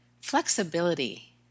flexibility